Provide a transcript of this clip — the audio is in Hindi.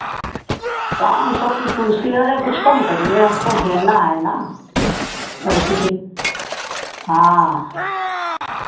पाँच सौ की कुर्सी अरे कुछ कम करिए हमको देना है ना लड़की की हाँ